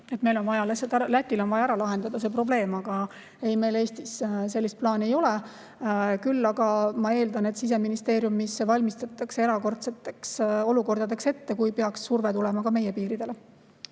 inimestele. Lätil on vaja ära lahendada see probleem. Aga ei, meil Eestis sellist plaani ei ole. Küll aga ma eeldan, et Siseministeeriumis valmistutakse erakordseteks olukordadeks, kui peaks surve tulema ka meie piiridele.